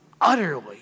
utterly